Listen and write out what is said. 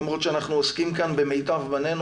למרות שאנחנו עוסקים כאן במיטב בנינו,